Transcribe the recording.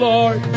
Lord